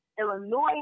Illinois